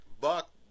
Buck